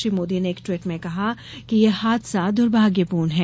श्री मोदी ने एक ट्वीट में कहा कि यह हादसा दुर्भाग्यपूर्ण है